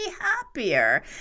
happier